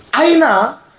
Aina